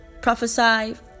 prophesy